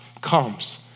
comes